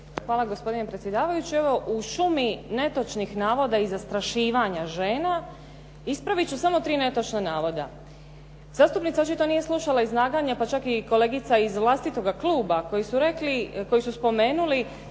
Hvala gospodine predsjedavajući. Evo, u šumi netočnih navoda i zastrašivanja žena ispravit ću samo tri netočna navoda. Zastupnica očito nije slušala izlaganje pa čak i kolegica iz vlastitoga kluba koji su spomenuli